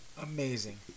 Amazing